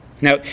Now